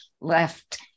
left